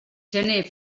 gener